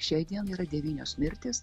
šiai dienai yra devynios mirtys